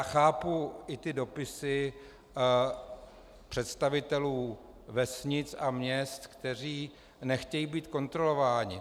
Chápu i dopisy představitelů vesnic a měst, kteří nechtějí být kontrolováni.